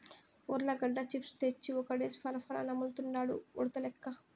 ఉర్లగడ్డ చిప్స్ తెచ్చి ఒక్కడే పరపరా నములుతండాడు ఉడతలెక్క